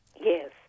Yes